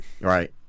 Right